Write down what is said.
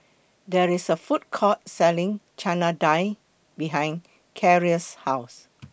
There IS A Food Court Selling Chana Dal behind Carrie's House